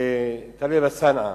טלב אלסאנע,